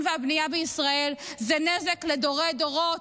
והבנייה בישראל זה נזק לדורי-דורות.